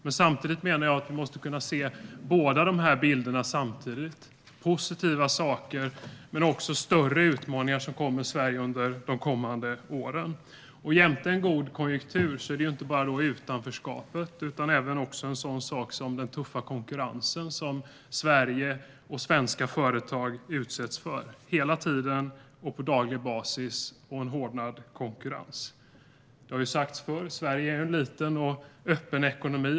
Men jag menar att vi måste kunna se båda dessa bilder samtidigt - det finns positiva saker men också större utmaningar för Sverige under de kommande åren. Jämte en god konjunktur handlar det inte bara om utanförskapet utan även om en sådan sak som den tuffa konkurrens som Sverige och svenska företag hela tiden och på daglig basis utsätts för. Det är en hårdnad konkurrens. Det har sagts förr. Sverige är en liten och öppen ekonomi.